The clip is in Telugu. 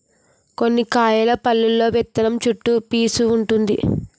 కొన్ని కాయల పల్లులో విత్తనం చుట్టూ పీసూ వుంటుంది